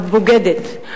את בוגדת.